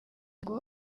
ngo